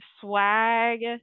swag